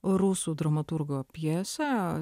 rusų dramaturgo pjesę